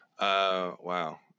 wow